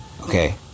Okay